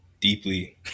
deeply